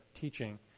teaching